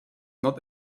not